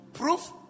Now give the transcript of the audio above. proof